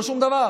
לא שום דבר,